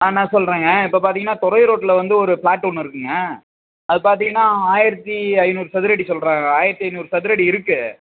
ஆ நான் சொல்கிறேங்க இப்போ பார்த்தீங்கன்னா துறையூர் ரோட்டில வந்து ஒரு ஃப்ளாட் ஒன்று இருக்குதுங்க அது பார்த்தீங்கன்னா ஆயிரத்தி ஐந்நூறு சதுரடி சொல்கிறாங்க ஆயிரத்தி ஐந்நூறு சதுரடி இருக்குது